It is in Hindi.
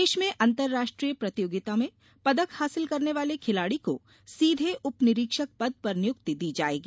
प्रदेश में अंतर्राष्ट्रीय प्रतियोगिता में पदक हासिल करने वाले खिलाड़ी को सीधे उपनिरीक्षक पद पर नियुक्ति दी जायेगी